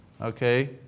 Okay